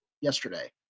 yesterday